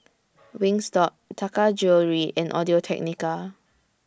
Wingstop Taka Jewelry and Audio Technica